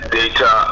data